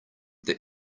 that